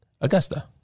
Augusta